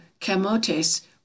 camotes